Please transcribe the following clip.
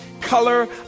Color